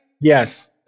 yes